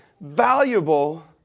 valuable